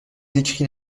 décrit